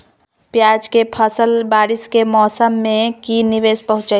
प्याज के फसल बारिस के मौसम में की निवेस पहुचैताई?